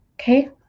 okay